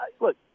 look